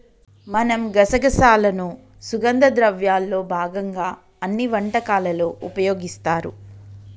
మనం గసగసాలను సుగంధ ద్రవ్యాల్లో భాగంగా అన్ని వంటకాలలో ఉపయోగిస్తారు